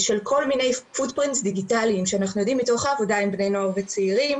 אנחנו יודעים מתוך העבודה עם בני נוער וצעירים,